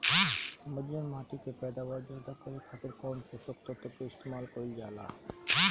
बंजर माटी के पैदावार ज्यादा करे खातिर कौन पोषक तत्व के इस्तेमाल कईल जाला?